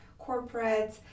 corporates